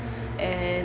and